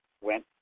went